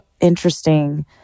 interesting